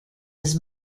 his